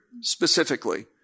specifically